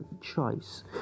choice